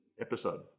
episode